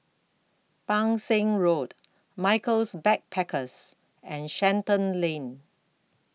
Pang Seng Road Michaels Backpackers and Shenton Lane